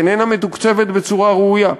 איננה מתוקצבת בצורה ראויה.